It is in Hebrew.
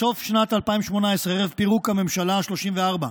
בסוף שנת 2018, ערב פירוק הממשלה השלושים-וארבע,